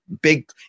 big